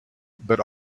but